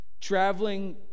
traveling